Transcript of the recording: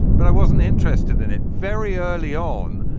but i wasn't interested in it very early on.